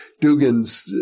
Dugan's